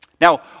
Now